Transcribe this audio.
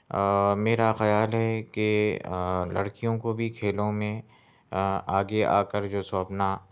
آ میرا خیال ہے کہ لڑکیوں کو بھی کھیلوں میں آگے آکر جو سو اپنا